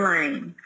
Lane